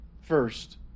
first